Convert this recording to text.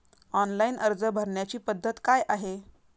Online अर्ज भरण्याची पद्धत काय आहे?